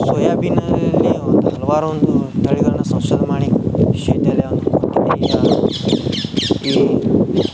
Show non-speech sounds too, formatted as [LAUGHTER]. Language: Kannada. ಸೊಯಾಬೀನಲ್ಲಿ ಒಂದು ಹಲವಾರು ಒಂದು ತಳಿಗಳನ್ನ ಸಂಶೋಧನೆ ಮಾಡಿ [UNINTELLIGIBLE]